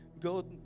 go